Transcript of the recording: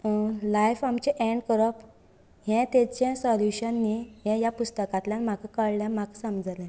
अ life आमचे and करप हे तेचे सोल्यूशन न्ही ह्या पुस्तकांतल्यान म्हाका कळ्ळे म्हाका समजले